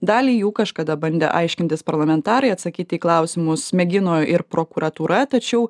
dalį jų kažkada bandę aiškintis parlamentarai atsakyti į klausimus mėgino ir prokuratūra tačiau